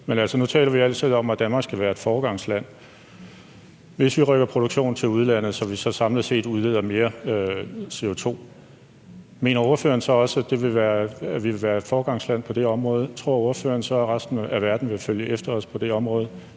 nu taler vi jo altid om, at Danmark skal være et foregangsland. Hvis vi rykker produktion til udlandet, så vi samlet set udleder mere CO2, mener ordføreren så også, at vi vil være foregangsland på det område? Tror ordføreren så også, at verden vil følge efter os på det område?